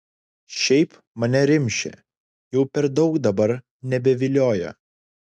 šiaip mane rimšė jau per daug dabar nebevilioja